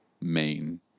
main